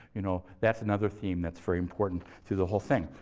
you know that's another theme that's very important to the whole thing.